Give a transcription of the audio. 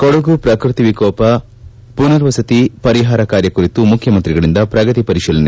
ಕೊಡಗು ಪ್ರಕೃತಿ ವಿಕೋಪ ಪುನರ್ವಸತಿ ಪರಿಹಾರ ಕಾರ್ಯ ಕುರಿತು ಮುಖ್ಜಮಂತ್ರಿಗಳಿಂದ ಪರಿಶೀಲನೆ